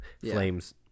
flames